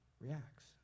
reacts